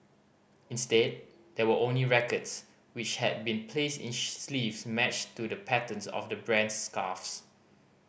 instead there were only records which had been placed in sleeves matched to the patterns of the brand's scarves